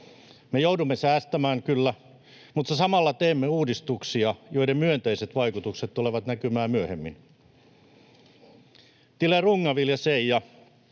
Me joudumme säästämään kyllä, mutta samalla teemme uudistuksia, joiden myönteiset vaikutukset tulevat näkymään myöhemmin. Till er unga vill jag